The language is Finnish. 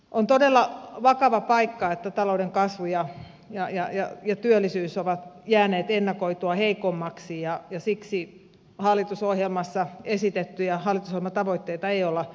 on todella vakava paikka että talouden kasvu ja työllisyys ovat jääneet ennakoitua heikommiksi ja siksi hallitusohjelmassa esitettyjä hallitusohjelmatavoitteita ei ole saavutettu